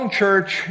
church